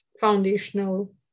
foundational